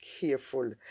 careful